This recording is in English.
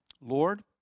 Lord